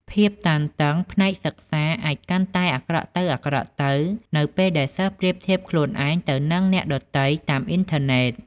ភាពតានតឹងផ្នែកសិក្សាអាចកាន់តែអាក្រក់ទៅៗ នៅពេលដែលសិស្សប្រៀបធៀបខ្លួនឯងទៅនឹងអ្នកដទៃតាមអ៊ីនធឺណិត។